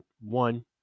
one